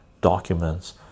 documents